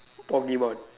Pokemon